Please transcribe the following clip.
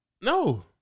No